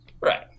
Right